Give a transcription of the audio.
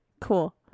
cool